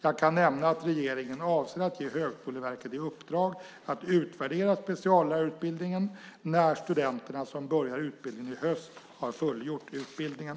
Jag kan nämna att regeringen avser att ge Högskoleverket i uppdrag att utvärdera speciallärarutbildningen när studenterna som börjar utbildningen i höst har fullgjort utbildningen.